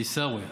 עיסאווי.